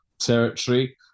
territory